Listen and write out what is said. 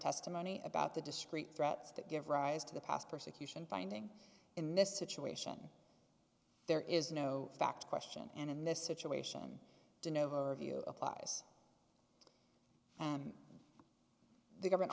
testimony about the discreet threats that give rise to the past persecution finding in this situation there is no fact question and in this situation to nova view applies and the govern